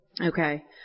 Okay